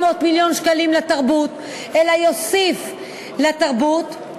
מיליון שקלים לתרבות אלא יוסיף לתרבות,